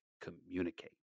communicate